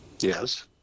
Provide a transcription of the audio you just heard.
yes